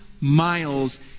miles